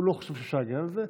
הוא לא חושב שאפשר להגן על זה.